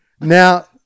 Now